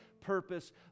purpose